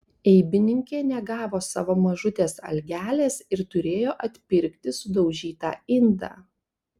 eibininkė negavo savo mažutės algelės ir turėjo atpirkti sudaužytą indą